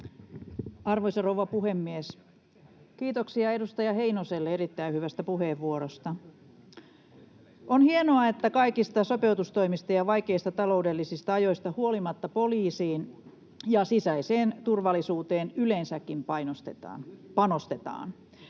Arvoisa rouva puhemies! Kiitoksia edustaja Heinoselle erittäin hyvästä puheenvuorosta. On hienoa, että kaikista sopeutustoimista ja vaikeista taloudellisista ajoista huolimatta poliisiin ja yleensäkin sisäiseen turvallisuuteen panostetaan.